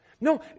No